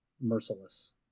merciless